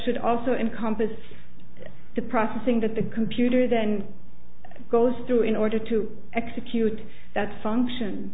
should also in compass the processing that the computer then goes through in order to execute that function